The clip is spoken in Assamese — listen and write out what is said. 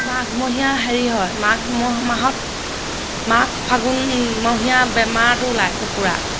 মাঘমহীয়া হেৰি হয় মাঘ মাহত মাঘ ফাগুন মহীয়া বেমাৰটো ওলায় কুকুৰা